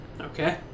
Okay